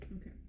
Okay